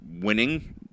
winning